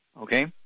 Okay